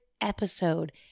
episode